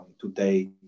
today